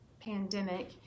pandemic